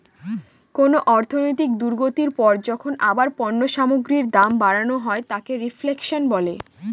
কোন অর্থনৈতিক দুর্গতির পর যখন আবার পণ্য সামগ্রীর দাম বাড়ানো হয় তাকে রেফ্ল্যাশন বলে